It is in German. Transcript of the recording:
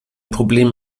problem